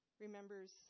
remembers